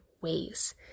ways